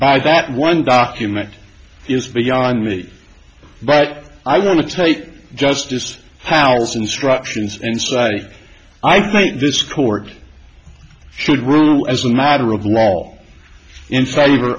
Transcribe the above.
by that one document is beyond me but i want to take justice powers instructions and say i think this court should rule as a matter of law all in favor